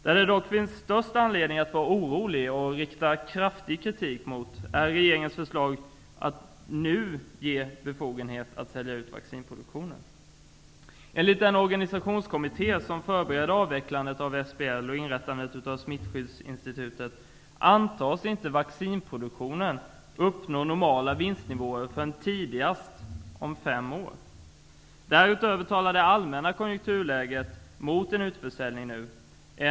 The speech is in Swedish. Vad det dock finns störst anledning att vara orolig över och att rikta kritik mot är regeringens förslag att nu ge befogenhet att sälja ut vaccinproduktionen. Smittskyddsinstitutet antas inte vaccinproduktionen uppnå normala vinstnivåer förrän tidigast om fem år. Därutöver talar det allmänna konjunkturläget mot att en utförsäljning görs nu.